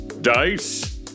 Dice